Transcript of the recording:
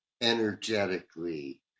energetically